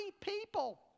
people